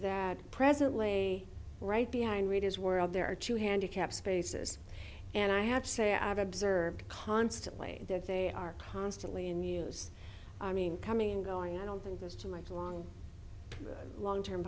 that presently right behind reed is world there are two handicapped spaces and i have to say i've observed constantly that they are constantly in use i mean coming and going i don't think there's too much long long term